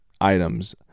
items